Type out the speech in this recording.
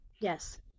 yes